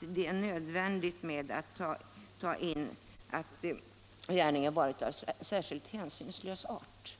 det nödvändigt att ta in en skrivning om att gärningen varit av särskilt hänsynslös art.